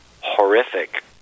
horrific